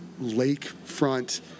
lakefront